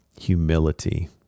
humility